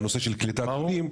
הנושא של קליטת עולים,